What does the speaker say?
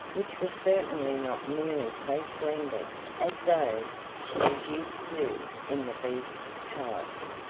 which was certainly not nearly so splendid as those she was used to in the beast's palace.